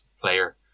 player